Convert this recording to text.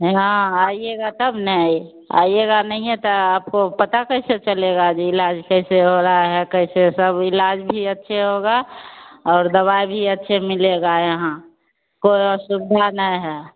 यहाँ आइएगा तब नहीं आइएगा नहीं तब आपको पता कैसे चलेगा जी इलाज कैसे हो रहा है कैसे सब इलाज भी अच्छे होगा और दवाइ भी अच्छे मिलेगा यहां कोइ और सुविधा नहीं है